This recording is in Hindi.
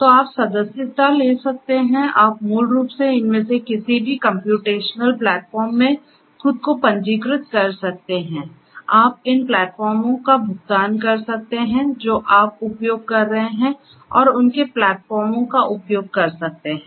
तो आप सदस्यता ले सकते हैं आप मूल रूप से इनमें से किसी भी कम्प्यूटेशनल प्लेटफ़ॉर्म में खुद को पंजीकृत कर सकते हैंआप इन प्लेटफार्मों का भुगतान कर सकते हैं जो आप उपयोग कर रहे हैं और उनके प्लेटफार्मों का उपयोग कर सकते हैं